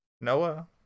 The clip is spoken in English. Noah